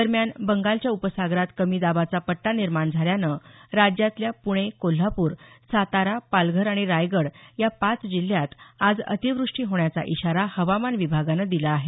दरम्यान बंगालच्या उपसागरात कमी दाबाचा पट्टा निर्माण झाल्यानं राज्यातल्या पुणे कोल्हापूर सातारा पालघर आणि रायगड या पाच जिल्ह्यात आज अतिव्रष्टी होण्याचा इशारा हवामान विभागानं दिला आहे